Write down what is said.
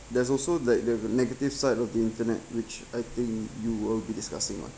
there's also the the negative side of the internet which I think you will be discussing on